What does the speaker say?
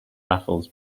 raffles